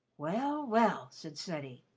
well, well! said ceddie.